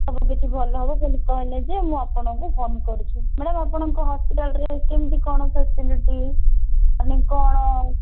ସବୁକିଛି ଭଲ ହେବ କହିଲେ ଯେ ମୁଁ ଆପଣଙ୍କୁ ଫୋନ୍ କରୁଛି ମ୍ୟାଡ଼ାମ୍ ଆପଣଙ୍କ ହସ୍ପିଟାଲ୍ରେ କେମିତି କ'ଣ ଫାସିଲିଟି ମାନେ କ'ଣ